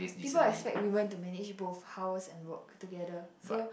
people expect women to manage both house and work together so